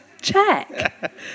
check